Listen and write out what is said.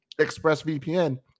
ExpressVPN